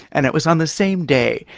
and it was on the same day.